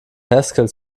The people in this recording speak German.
haskell